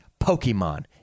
Pokemon